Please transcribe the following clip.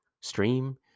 stream